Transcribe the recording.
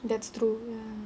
that's true